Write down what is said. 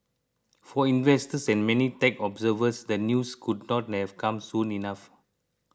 for investors and many tech observers the news could not have come soon enough